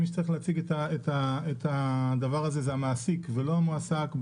מי שצריך להציג את הדבר הזה הוא המעסיק ולא המועסק.